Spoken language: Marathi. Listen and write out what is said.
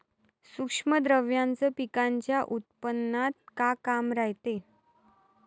सूक्ष्म द्रव्याचं पिकाच्या उत्पन्नात का काम रायते?